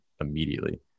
immediately